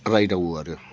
रायदावो आरो